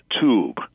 tube